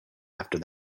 after